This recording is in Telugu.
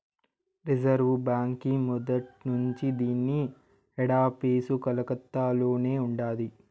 రిజర్వు బాంకీ మొదట్నుంచీ దీన్ని హెడాపీసు కలకత్తలోనే ఉండాది